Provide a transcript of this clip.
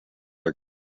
are